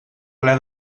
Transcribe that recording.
ple